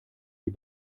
die